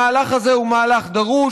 המהלך הזה הוא מהלך דרוש,